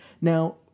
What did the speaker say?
Now